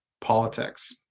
politics